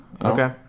okay